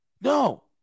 No